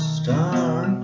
start